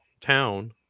town